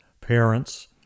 parents